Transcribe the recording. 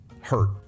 hurt